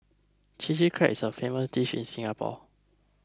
Chilli Crab is a famous dish in Singapore